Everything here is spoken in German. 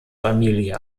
familie